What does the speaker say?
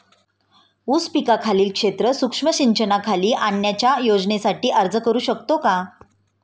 ऊस पिकाखालील क्षेत्र सूक्ष्म सिंचनाखाली आणण्याच्या योजनेसाठी अर्ज करू शकतो का?